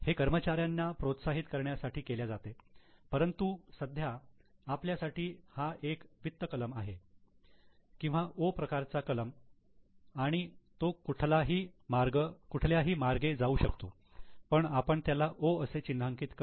हे कर्मचाऱ्यांना प्रोत्साहित करण्यासाठी केल्या जाते परंतु सध्या आपल्यासाठी हा एक वित्त कलम आहे किंवा 'O' प्रकारचा कलम आणि तो कुठल्याही मार्गे जाऊ शकतो पण आपण त्याला 'O' असे चिन्हांकित करू